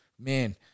man